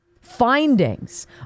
Findings